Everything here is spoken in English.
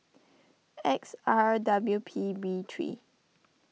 X R W P B three